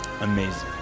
amazing